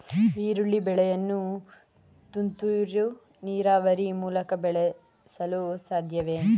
ಈರುಳ್ಳಿ ಬೆಳೆಯನ್ನು ತುಂತುರು ನೀರಾವರಿ ಮೂಲಕ ಬೆಳೆಸಲು ಸಾಧ್ಯವೇ?